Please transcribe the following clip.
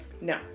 No